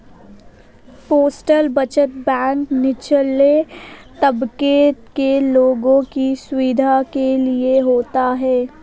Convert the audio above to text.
postal बचत bank निचले तबके के लोगों की सुविधा के लिए होता है